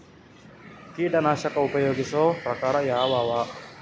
ಕೀಟನಾಶಕ ಉಪಯೋಗಿಸೊ ಪ್ರಕಾರ ಯಾವ ಅವ?